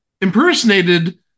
impersonated